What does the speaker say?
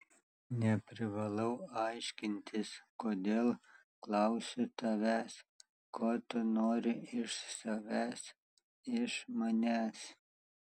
neprivalau aiškintis kodėl klausiu tavęs ko tu nori iš savęs iš manęs